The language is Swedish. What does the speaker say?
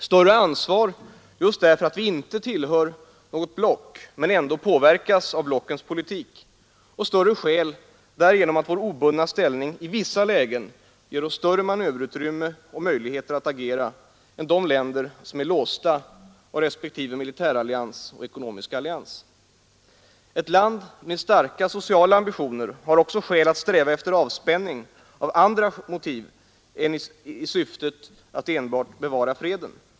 Större ansvar just därför att vi inte tillhör något block men ändå påverkas av blockens politik, och större skäl därigenom att vår obundna ställning i vissa lägen ger oss större manöverutrymme och möjligheter att agera än de länder som är låsta av respektive militärallians och ekonomiska allians. Ett land med starka sociala ambitioner har också skäl att sträva efter avspänning av andra motiv än syftet att enbart bevara freden.